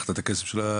לקחת את הכסף של הקשיש.